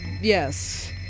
Yes